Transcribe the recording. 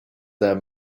their